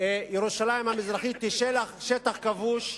ירושלים המזרחית היא שטח כבוש,